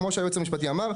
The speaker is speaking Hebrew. כמו שהיועץ המשפטי אמר,